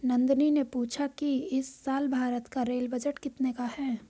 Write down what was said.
नंदनी ने पूछा कि इस साल भारत का रेल बजट कितने का है?